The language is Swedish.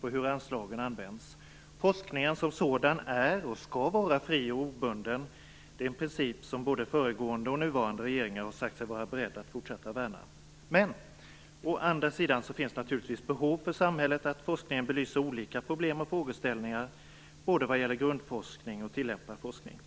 på hur anslagen används. Forskningen som sådan är, och skall vara fri och obunden. Det är en princip som både föregående och nuvarande regeringar har sagt sig vara beredda att fortsätta värna. Men å andra sidan finns det naturligtvis behov för samhället att forskningen belyser olika problem och frågeställningar både vad gäller grundforskning och tillämpad forskning.